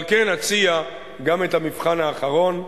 על כן אציע גם את המבחן האחרון,